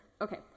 okay